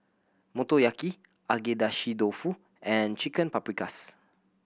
Motoyaki Agedashi Dofu and Chicken Paprikas